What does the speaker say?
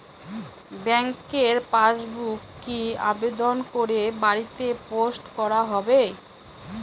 ব্যাংকের পাসবুক কি আবেদন করে বাড়িতে পোস্ট করা হবে?